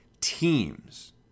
teams